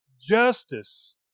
justice